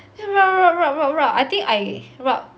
then rub rub rub rub rub I think I rub